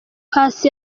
paccy